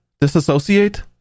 Disassociate